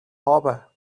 harbor